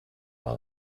are